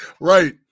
Right